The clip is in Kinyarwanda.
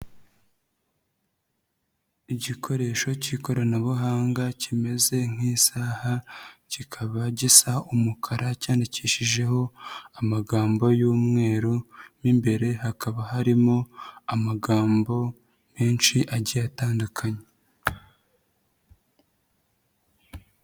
Igikoresho cy'ikoranabuhanga kimeze nk'isaha, kikaba gisa umukara cyandikishijeho amagambo y'umweru mo imbere hakaba harimo amagambo menshi agiye atandukanye.